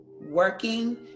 working